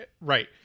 Right